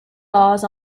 laws